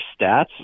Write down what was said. stats